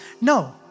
No